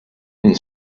and